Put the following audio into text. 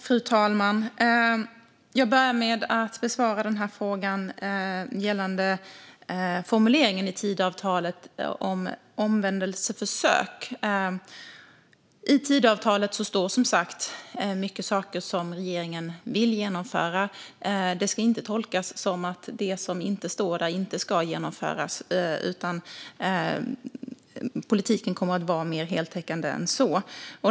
Fru talman! Jag börjar med att besvara frågan gällande formuleringen i Tidöavtalet om omvändelseförsök. I Tidöavtalet står många saker som regeringen vill genomföra, men det ska inte tolkas som att det som inte står där inte ska genomföras. Politiken kommer att vara mer heltäckande än så.